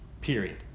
Period